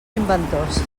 inventors